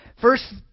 First